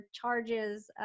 charges